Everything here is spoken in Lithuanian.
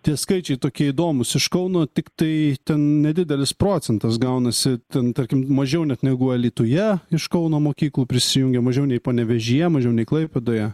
tie skaičiai tokie įdomūs iš kauno tiktai ten nedidelis procentas gaunasi ten tarkim mažiau net negu alytuje iš kauno mokyklų prisijungė mažiau nei panevėžyje mažiau nei klaipėdoje